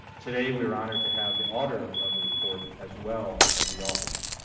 today we are honored to have the auditor of the report, as well as the authors.